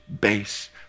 base